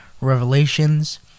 Revelations